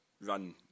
run